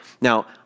Now